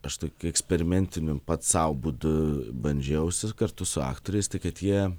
aš tokiu eksperimentiniu pats sau būdu bandžiausi kartu su aktoriais tai kad jie